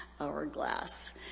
hourglass